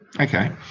Okay